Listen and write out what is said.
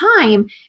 time